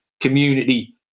community